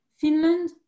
Finland